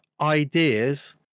ideas